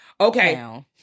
Okay